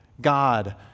God